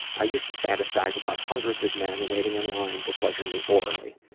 i used to fantasize about hundreds of men waiting in line to pleasure me orally.